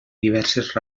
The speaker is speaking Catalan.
diverses